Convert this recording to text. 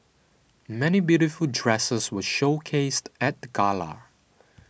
many beautiful dresses were showcased at the gala